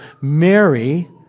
Mary